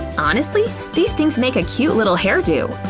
honestly, these things make a cute little hairdo!